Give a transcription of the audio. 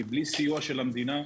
כי בלי סיוע של המדינה,